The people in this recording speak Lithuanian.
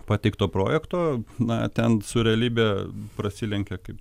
pateikto projekto na ten su realybe prasilenkia kaip